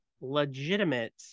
legitimate